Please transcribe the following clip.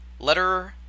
letterer